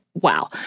wow